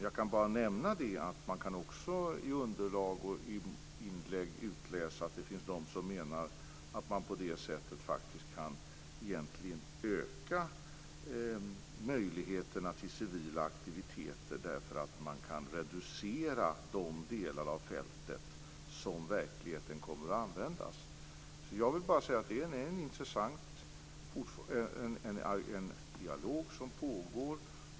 Jag kan bara nämna att man i underlag och inlägg också kan utläsa att det finns de som menar att man på detta sätt egentligen kan öka möjligheterna till civila aktiviteter därför att man kan reducera de delar av fältet som i verkligheten kommer att användas. Det är alltså en intressant dialog som pågår.